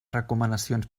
recomanacions